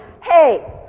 Hey